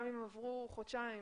גם אם עברו חודשיים,